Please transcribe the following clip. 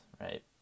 right